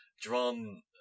drawn